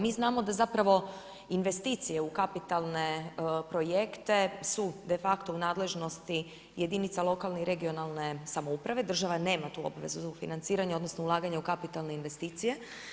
Mi znamo da zapravo investicije u kapitalne projekte su de facto u nadležnosti jedinica lokalne i regionalne samouprave, država nema tu obavezu financiranja, odnosno ulaganja u kapitalne investicije.